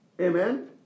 Amen